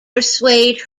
persuade